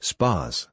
Spas